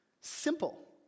Simple